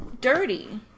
Dirty